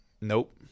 Nope